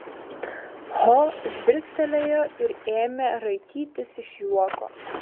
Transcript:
ho žvilgtelėjo ir ėmė raitytis iš juoko